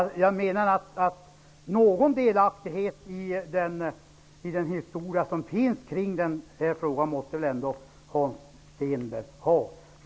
Jag menar att någon delaktighet i den historia som finns kring denna fråga måste väl Hans Stenberg ha.